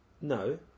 No